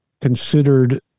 considered